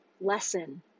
lesson